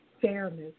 fairness